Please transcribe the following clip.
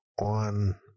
on